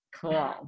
Cool